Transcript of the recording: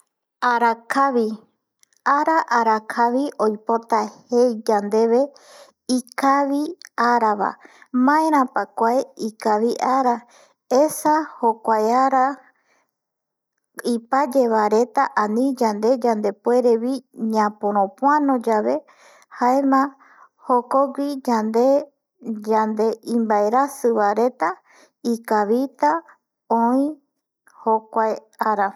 Ara kavi oipota jei yandeve ikavi ara bae maerapa kuae ikavi ara esa jokuae ara ipaye bae reta ani yande yandepuerevi yaporopuano yabe jaema jokowi yande inbaerasi bae reta ikavita oi jokua ara